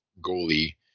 goalie